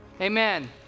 Amen